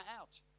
out